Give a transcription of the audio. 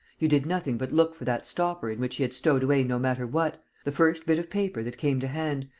you did nothing but look for that stopper in which he had stowed away no matter what, the first bit of paper that came to hand,